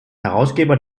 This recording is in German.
herausgeber